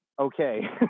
okay